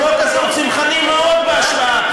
החוק הזה הוא צמחוני מאוד בהשוואה לחוק האמריקני.